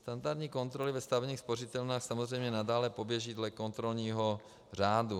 Standardní kontroly ve stavebních spořitelnách samozřejmě nadále poběží dle kontrolního řádu.